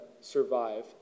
survive